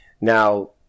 Now